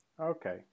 Okay